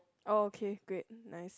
okay great nice